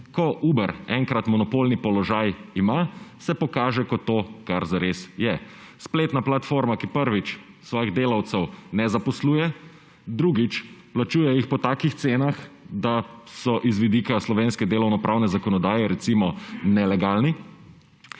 Ko Uber enkrat monopolni položaj ima, se pokaže kot to, kar zares je. Spletna platforma, ki prvič, svojih delavcev ne zaposluje. Drugič, plačuje jih po takih cenah, da so iz vidika slovenske delovno-pravne zakonodaje recimo nelegalni.